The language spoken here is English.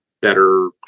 better